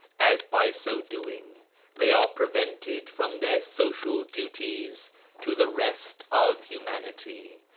as by so doing they are prevented from their social duties to the rest of humanity,